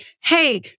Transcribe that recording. Hey